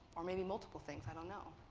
or maybe multiple things, i don't know.